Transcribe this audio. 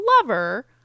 lover